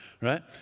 right